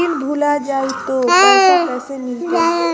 Pin भूला जाई तो पैसा कैसे मिलते?